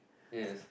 yes